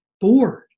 bored